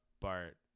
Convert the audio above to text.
Bart